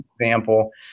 example